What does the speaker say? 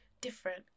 Different